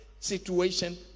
situation